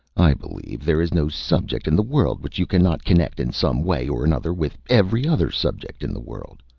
i believe there is no subject in the world which you cannot connect in some way or another with every other subject in the world.